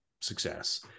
success